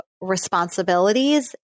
responsibilities